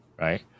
Right